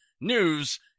news